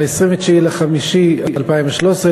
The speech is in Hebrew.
29 במאי 2013,